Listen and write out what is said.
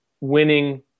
winning